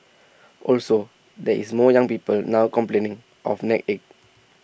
also there is more young people now complaining of neck ache